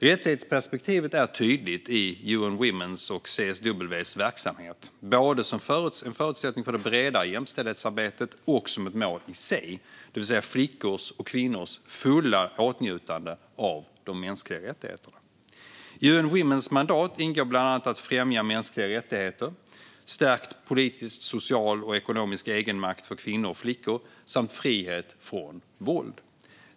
Rättighetsperspektivet är tydligt i UN Womens och CSW:s verksamhet, både som en förutsättning för det bredare jämställdhetsarbetet och som ett mål i sig, det vill säga flickors och kvinnors fulla åtnjutande av de mänskliga rättigheterna. I UN Womens mandat ingår bland annat att främja mänskliga rättigheter, stärkt politisk, social och ekonomisk egenmakt för kvinnor och flickor, samt frihet från våld.